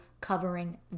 covering